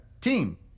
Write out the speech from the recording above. team